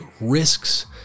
risks